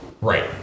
Right